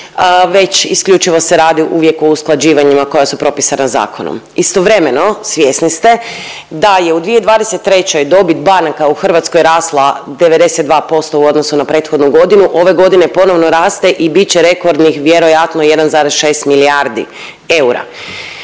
već isključivo se radi uvijek o usklađivanja koja su propisana zakonom. Istovremeno svjesni ste da je u 2023. dobit banaka u Hrvatskoj rasla 92% u odnosu na prethodnu godinu, ove godine ponovo raste i bit će rekordnih vjerojatno 1,6 milijardi eura.